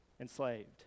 enslaved